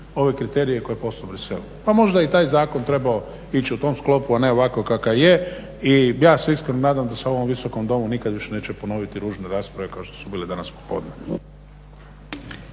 ove kriterije koji postoje u Bruxellesu, pa možda je i taj zakon trebao ići u tom sklopu a ne ovako kakav je i ja se iskreno nadam da se u ovom visokom domu nikad više neće ponoviti ružne rasprave kao što su bile danas popodne.